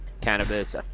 cannabis